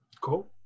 Cool